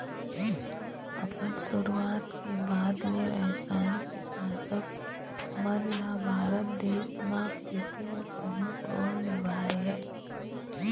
अपन शुरुआत के बाद ले रसायनिक कीटनाशक मन ल भारत देश म खेती में प्रमुख रोल निभाए हे